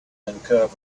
uncovered